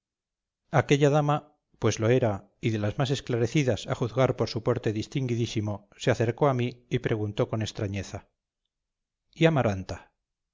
aquella dama pues lo era y de las más esclarecidas a juzgar por su porte distinguidísimo se acercó a mí y preguntó con extrañeza y amaranta